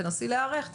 תנסי להיערך,